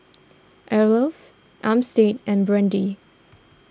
Arleth Armstead and Brandy